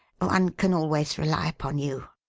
one can always rely upon you.